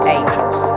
Angels